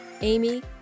Amy